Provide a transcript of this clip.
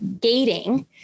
gating